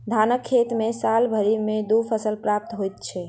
धानक खेत मे साल भरि मे दू फसल प्राप्त होइत छै